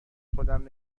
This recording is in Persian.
خودم